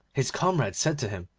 his comrade said to him,